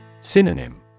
Synonym